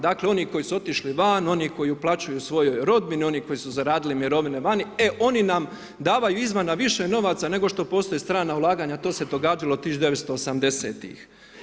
Dakle oni koji su otišli van, oni koji uplaćuju svojoj rodbini, oni koji su zaradili mirovine vani, e oni nam davaju izvana više novaca nego što postoje strana ulaganja, to se događalo 1980-ih.